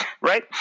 right